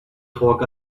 talk